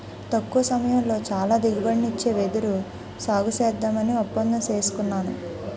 తక్కువ సమయంలో చాలా దిగుబడినిచ్చే వెదురు సాగుసేద్దామని ఒప్పందం సేసుకున్నాను